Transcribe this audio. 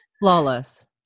Flawless